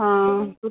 हाँ तो